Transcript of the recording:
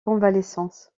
convalescence